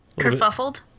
Kerfuffled